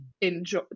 enjoy